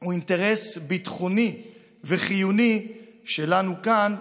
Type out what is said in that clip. הוא אינטרס ביטחוני וחיוני שלנו כאן,